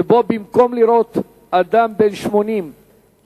שבו במקום לראות אדם בן 80,